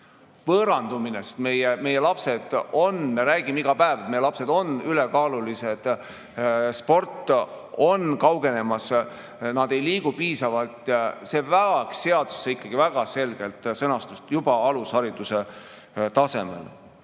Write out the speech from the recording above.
võõrdumine. Me ju räägime iga päev, et meie lapsed on ülekaalulised. Sport on kaugenemas, nad ei liigu piisavalt. See vajaks seaduses ikkagi väga selget sõnastust juba alushariduse tasemel.